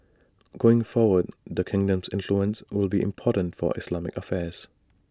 going forward the kingdom's influence will be important for Islamic affairs